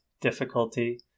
difficulty